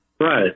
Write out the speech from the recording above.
Right